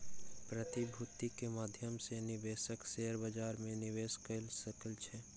प्रतिभूति के माध्यम सॅ निवेशक शेयर बजार में निवेश कअ सकै छै